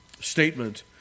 statement